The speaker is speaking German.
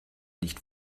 nicht